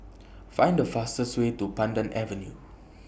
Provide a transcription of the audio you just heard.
Find The fastest Way to Pandan Avenue